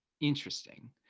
interesting